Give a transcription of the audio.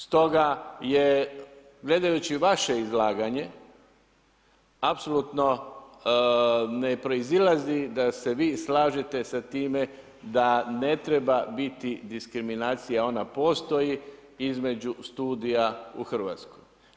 Stoga gledajući vaše izlaganje, apsolutno ne proizlazi da se vi slažete sa time da ne treba biti diskriminacija, ona postoji između studija u Hrvatskoj.